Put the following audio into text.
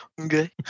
Okay